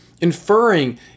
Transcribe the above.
Inferring